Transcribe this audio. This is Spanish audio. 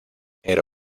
era